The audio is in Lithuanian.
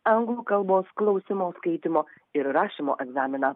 anglų kalbos klausymo skaitymo ir rašymo egzaminą